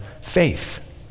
faith